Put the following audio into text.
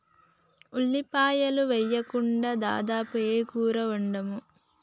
ఉల్లిపాయలు వేయకుండా దాదాపు ఏ కూర వండము